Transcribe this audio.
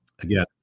again